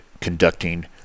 conducting